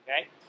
okay